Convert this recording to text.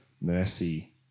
mercy